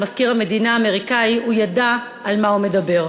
מזכיר המדינה האמריקני הוא ידע על מה הוא מדבר.